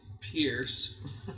Pierce